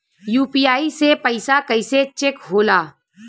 UPI से पैसा कैसे चेक होला?